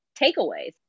takeaways